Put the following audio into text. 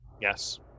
Yes